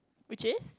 which is